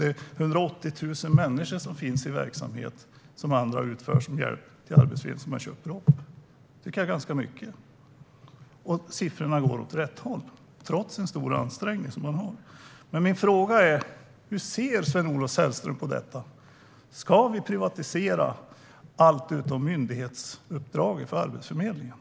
180 000 människor finns i verksamheter som andra utför och som Arbetsförmedlingen köper. Det tycker jag är ganska mycket. Och siffrorna går åt rätt håll, trots den ansträngda situationen. Hur ser Sven-Olof Sällström på detta? Ska allt utom myndighetsuppdraget privatiseras?